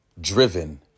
Driven